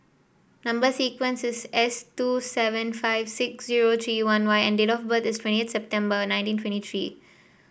number sequence is S two seven five six zero three one Y and date of birth is twentieth September nineteen twenty three